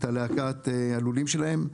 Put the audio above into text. את להקת הלולים שלהם,